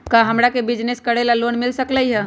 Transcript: का हमरा के बिजनेस करेला लोन मिल सकलई ह?